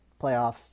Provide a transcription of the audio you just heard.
playoffs